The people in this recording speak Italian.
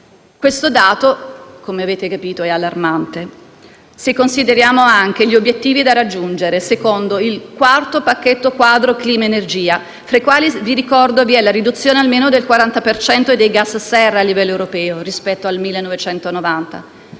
Questo dato, come avete capito, è allarmante se consideriamo gli obiettivi da raggiungere secondo il quarto pacchetto quadro clima-energia, fra i quali, vi ricordo, vi è la riduzione almeno del 40 per cento dei gas serra a livello europeo, rispetto all'anno